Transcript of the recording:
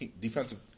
defensive